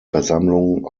versammlung